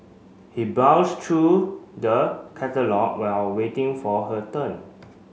he browsed through the catalogue while waiting for her turn